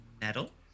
metal